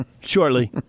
Shortly